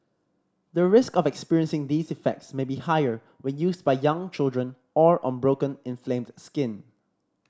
the risk of experiencing these effects may be higher when used by young children or on broken inflamed skin